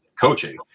coaching